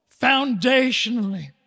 foundationally